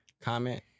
comment